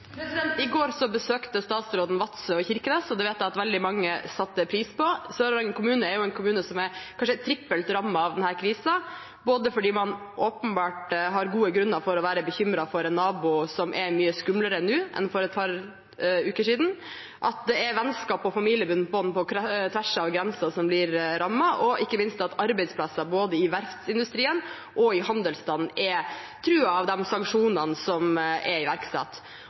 I går besøkte statsråden Vadsø og Kirkenes, og det vet jeg at veldig mange satte pris på. Sør-Varanger kommune er jo en kommune som kanskje er trippelt rammet av denne krisen, både fordi man åpenbart har gode grunner for å være bekymret for en nabo som er mye skumlere nå enn for et par uker siden, fordi vennskap og familiebånd på tvers av grensen blir rammet, og ikke minst fordi arbeidsplasser i både verftsindustrien og handelsstanden er truet av sanksjonene som er iverksatt.